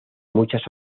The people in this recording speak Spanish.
muchas